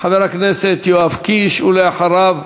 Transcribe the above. חבר הכנסת יואב קיש, ואחריו,